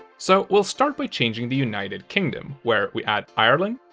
so we'll start by changing the united kingdom, where we add ireland,